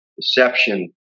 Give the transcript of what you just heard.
deception